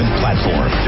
platform